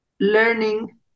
learning